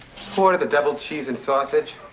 sort of the double cheese and sausage?